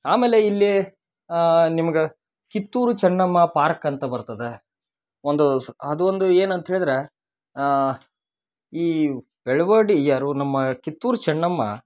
ಆಮೇಲೆ ಇಲ್ಲಿ ನಿಮ್ಗೆ ಕಿತ್ತೂರು ಚೆನ್ನಮ್ಮ ಪಾರ್ಕ್ ಅಂತ ಬರ್ತದ ಒಂದು ಸ್ ಅದು ಒಂದು ಏನಂತ್ಹೇಳಿದ್ರೆ ಈ ಬೆಳ್ವಡಿ ಯಾರು ನಮ್ಮ ಕಿತ್ತೂರು ಚೆನ್ನಮ್ಮ